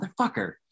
motherfucker